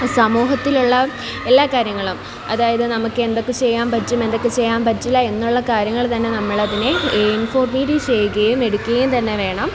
സമൂഹത്തിലുള്ള എല്ലാ കാര്യങ്ങളും അതായത് നമ്മൾക്ക് എന്തൊക്കെ ചെയ്യാൻ പറ്റും എന്തൊക്കെ ചെയ്യാൻ പറ്റില്ല എന്നുള്ള കാര്യങ്ങളിൽ തന്നെ നമ്മൾ അതിനെ ഇൻഫോർമേറ്റീവ് ചെയ്യുകയും എടുക്കുകയും തന്നെ വേണം